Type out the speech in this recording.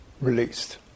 released